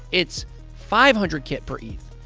it's five hundred kit per eth.